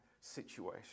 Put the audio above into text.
situation